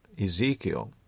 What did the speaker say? Ezekiel